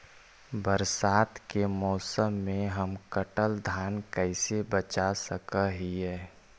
बरसात के मौसम में हम कटल धान कैसे बचा सक हिय?